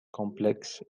complexes